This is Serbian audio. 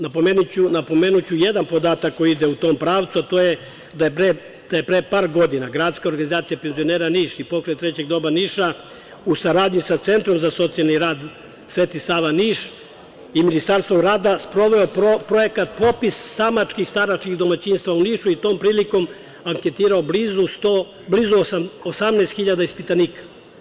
Napomenuću jedan podatak koji ide u tom pravcu, a to je da je pre par godina gradska organizacija penzionera Niš i Pokret trećeg doba Niša u saradnji sa Centrom za socijalni rad „Sveti Sava“ Niš i Ministarstvo rada sproveo projekat popis samačkih, staračkih domaćinstava u Nišu i tom prilikom anketirao blizu 18.000 ispitanika.